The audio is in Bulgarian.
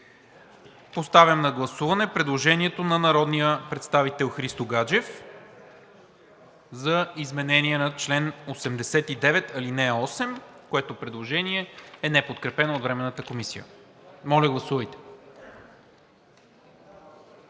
Поставям на гласуване предложението на народния представител Христо Гаджев за изменение на чл. 88, ал. 8, което предложение е неподкрепено от Временната комисия. Гласували